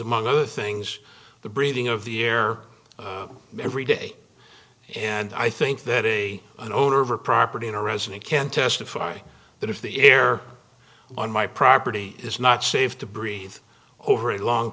among other things the breeding of the air every day and i think that a an owner of a property in a resident can testify that if the air on my property is not safe to breathe over a long